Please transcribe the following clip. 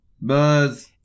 buzz